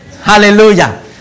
Hallelujah